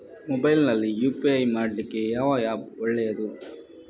Mobile ನಲ್ಲಿ UPI ಮಾಡ್ಲಿಕ್ಕೆ ಯಾವ ಆ್ಯಪ್ ಒಳ್ಳೇದು?